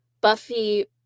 Buffy